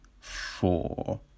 four